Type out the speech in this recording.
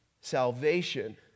salvation